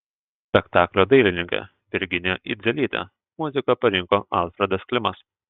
spektaklio dailininkė virginija idzelytė muziką parinko alfredas klimas